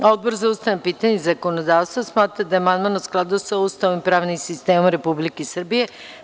Odbor za ustavna pitanja i zakonodavstvo smatra da je amandman u skladu sa Ustavom i pravnim sistemom Republike Srbije.